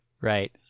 Right